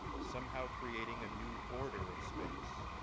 somehow creating a new order of space.